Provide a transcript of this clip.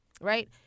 right